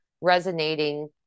resonating